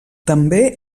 també